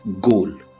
goal